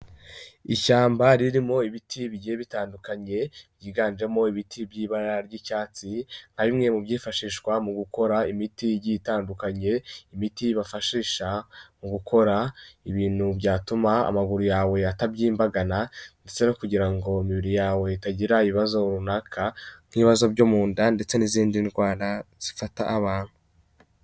Ishyamba ririmo ibiti bigiye bitandukanye, ryiganjemo ibiti by'ibara ry'icyatsi, ari bimwe mu byifashishwa mu gukora imiti igiye itandukanye, imiti bafashisha mu gukora ibintu byatuma amaguru yawe atabyimbagana ndetse no kugira ngo imibiri yawe itagira ibibazo runaka, nk'ibibazo byo mu nda ndetse n'izindi ndwara zifata abantu.